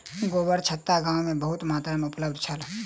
गोबरछत्ता गाम में बहुत मात्रा में उपलब्ध छल